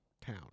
town